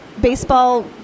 baseball